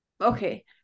Okay